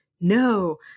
No